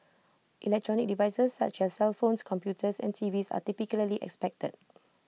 electronic devices such as cellphones computers and TVs are typically expected